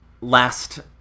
last